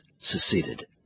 seceded